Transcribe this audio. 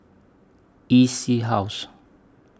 E C House